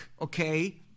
okay